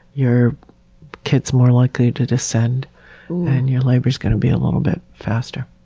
your kid's more likely to descend, and your labor is gonna be a little bit faster.